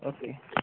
okay